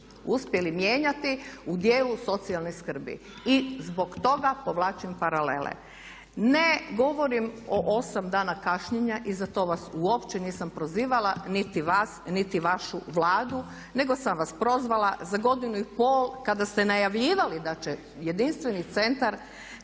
uspjeli mijenjati u dijelu socijalne skrbi. I zbog toga povlačim paralele. Ne govorim o 8 dana kašnjenja, iza toga uopće nisam prozivala niti vas niti vašu Vladu nego sam vas prozvala za godinu i pol kada ste najavljivali da će jedinstveni centar